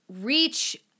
reach